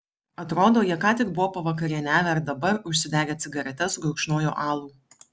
atrodo jie ką tik buvo pavakarieniavę ir dabar užsidegę cigaretes gurkšnojo alų